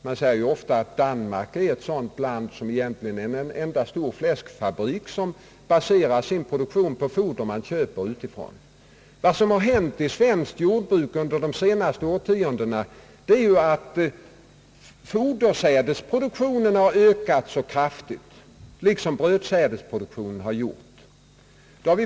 Man säger ju ofta att Danmark egentligen är en enda stor fläskfabrik som baserar sin produktion på att importera foder. Vad som hänt inom svenskt jordbruk inom de senaste årtiondena är ju att fodersädesproduktionen ökat kraftigt, liksom även brödsädesproduktionen.